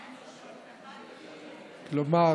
כלומר,